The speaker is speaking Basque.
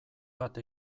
bat